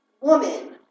woman